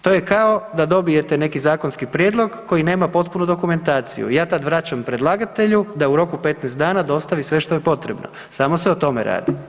To je kao da dobijete neki zakonski prijedlog koji nema potpunu dokumentaciju i ja tad vraćam predlagatelju da u roku 15 dana dostavi sve što je potrebno, samo se o tome radi.